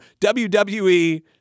WWE